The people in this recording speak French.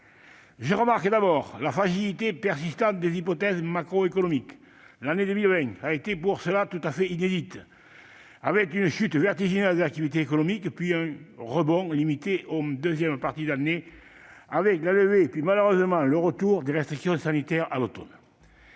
Je remarque d'abord la fragilité persistante des hypothèses macroéconomiques. L'année 2020 a été pour cela tout à fait inédite, avec une chute vertigineuse de l'activité économique, puis un rebond limité en deuxième partie d'année avec la levée, puis malheureusement le retour, à l'automne, des restrictions sanitaires. Les